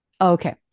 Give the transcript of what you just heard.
Okay